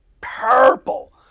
purple